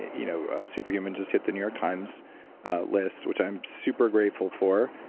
you know super human just hit the new york times list, which i'm super grateful for.